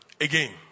Again